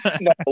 No